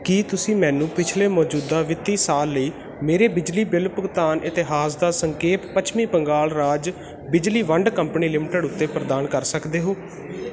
ਕੀ ਤੁਸੀਂ ਮੈਨੂੰ ਪਿਛਲੇ ਮੌਜੂਦਾ ਵਿੱਤੀ ਸਾਲ ਲਈ ਮੇਰੇ ਬਿਜਲੀ ਬਿੱਲ ਭੁਗਤਾਨ ਇਤਿਹਾਸ ਦਾ ਸੰਖੇਪ ਪੱਛਮੀ ਬੰਗਾਲ ਰਾਜ ਬਿਜਲੀ ਵੰਡ ਕੰਪਨੀ ਲਿਮਟਿਡ ਉੱਤੇ ਪ੍ਰਦਾਨ ਕਰ ਸਕਦੇ ਹੋ